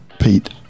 Pete